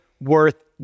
worth